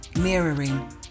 mirroring